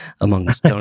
Amongst